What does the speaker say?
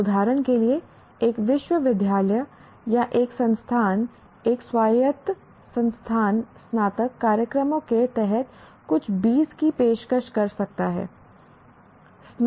उदाहरण के लिए एक विश्वविद्यालय या एक संस्थान एक स्वायत्त संस्थान स्नातक कार्यक्रमों के तहत कुछ 20 की पेशकश कर सकता है